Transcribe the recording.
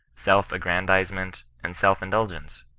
self-aggrandizement, and self-indul gence?